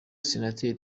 senateri